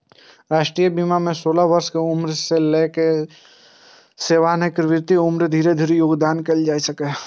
राष्ट्रीय बीमा मे सोलह वर्ष के उम्र सं लए कए सेवानिवृत्तिक उम्र धरि योगदान कैल जा सकैए